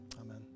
amen